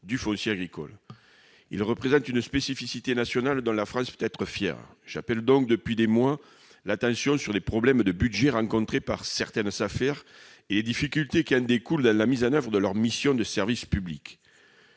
du foncier agricole. Ils représentent une spécificité nationale, dont la France peut être fière. J'appelle donc depuis des mois l'attention sur les problèmes de budget rencontrés par certaines Safer et les difficultés qui en découlent dans la mise en oeuvre de leurs missions de service public.